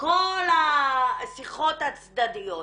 מכל השיחות הצדדיות.